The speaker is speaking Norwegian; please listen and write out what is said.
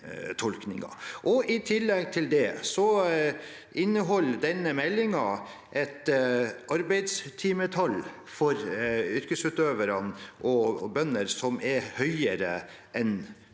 I tillegg inneholder denne meldingen et arbeidstimetall for yrkesutøverne, bøndene, som er høyere enn